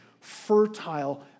fertile